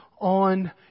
on